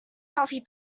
healthy